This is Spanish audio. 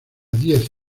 diez